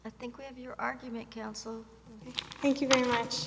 i think your argument counsel thank you very much